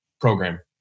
program